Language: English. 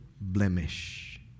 blemish